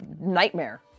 nightmare